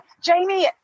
Jamie